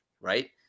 right